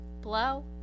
blow